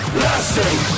lasting